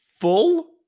Full